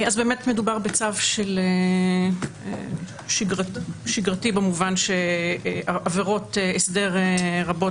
אז באמת מדובר בצו שגרתי במובן שעבירות הסדר רבות